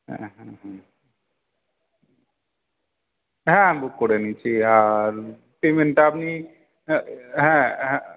হ্যাঁ বুক করে নিয়েছি আর পেমেন্টটা আপনি হ্যাঁ হ্যাঁ হ্যাঁ